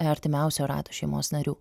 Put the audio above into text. ertimiausio rato šeimos narių